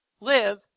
Live